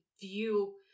view